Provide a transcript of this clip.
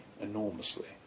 enormously